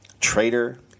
traitor